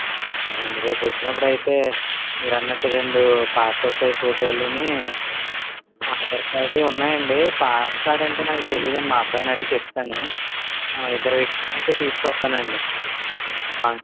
అదే అండి రేపు వచ్చినప్పుడు అయితే మీరు అన్నట్టు రెండు పాస్పోర్ట్ సైజ్ ఫోటోలు ఆధార్ కార్డు ఉన్నాయి అండి పాన్ కార్డు అంటేనాకు తెలియదు అండి మా అబ్బాయిని అడిగి చెప్తాను ఇద్దరు వ్యక్తులు అయితే తీసుకు వస్తాను అండి పా